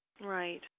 right